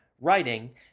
writing